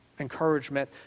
encouragement